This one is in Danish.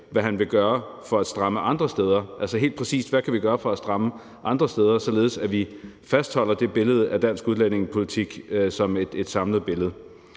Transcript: hvad han vil gøre for at stramme andre steder, altså helt præcist hvad vi kan gøre for at stramme andre steder, således at vi fastholder billedet af dansk udlændingepolitik som et samlet billede.